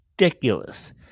ridiculous